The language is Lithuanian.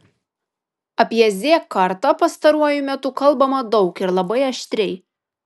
apie z kartą pastaruoju metu kalbama daug ir labai aštriai